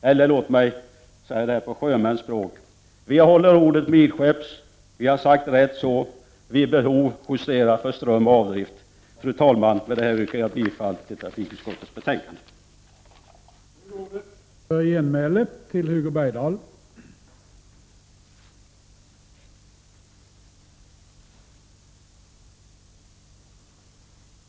Eller på sjömäns språk: Vi har hållit rodret midskepps, vi har sagt: Rätt så, men vid behov justera för ström och avdrift! Herr talman! Med det här yrkar jag bifall till trafikutskottets hemställan i betänkande nr 8.